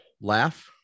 laugh